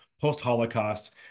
post-Holocaust